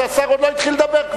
כשהשר עוד לא התחיל לדבר,